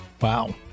Wow